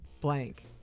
blank